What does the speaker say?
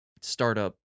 startup